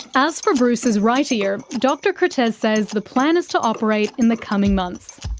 as for bruce's right ear, dr kertesz says says the plan is to operate in the coming months.